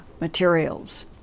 materials